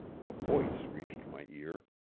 a voice reached my ear.